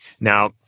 Now